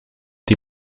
die